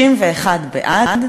61 בעד,